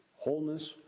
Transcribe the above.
wholeness,